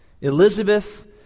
Elizabeth